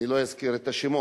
אני לא אזכיר את השמות,